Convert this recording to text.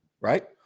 right